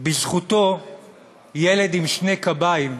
בזכותו ילד עם שני קביים,